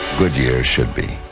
goodyear should be.